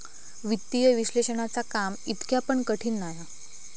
वित्तीय विश्लेषणाचा काम इतका पण कठीण नाय हा